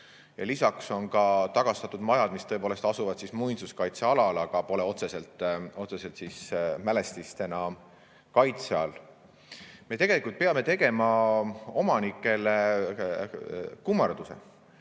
Lisaks on tagastatud majad, mis tõepoolest asuvad muinsuskaitsealal, aga pole otseselt mälestisena kaitse all. Me tegelikult peame tegema omanikele kummarduse,